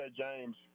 James